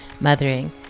Mothering